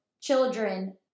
children